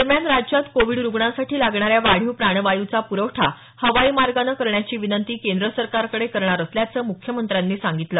दरम्यान राज्यात कोविड रुग्णांसाठी लागणाऱ्या वाढीव प्राणवायूचा पुरवठा हवाई मार्गाने करण्याची विनंती केंद्र सरकारकडे करणार असल्याचं मुख्यमंत्र्यांनी सांगितलं